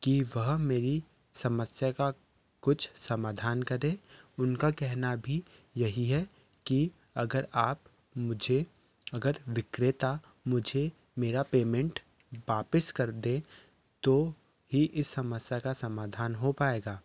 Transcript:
कि वह मेरी समस्या का कुछ समाधान करें उनका कहना भी यही है कि अगर आप मुझे अगर विक्रेता मुझे मेरा पेमेंट वापस कर दें तो ही इस समस्या का समाधान हो पाएगा